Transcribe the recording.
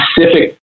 specific